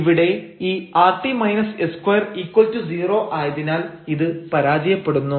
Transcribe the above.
ഇവിടെ ഈ rt s2 0 ആയതിനാൽ ഇത് പരാജയപ്പെടുന്നു